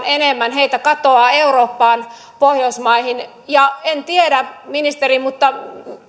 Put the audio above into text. enemmän heitä katoaa eurooppaan pohjoismaihin ja en tiedä ministeri mutta